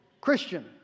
Christian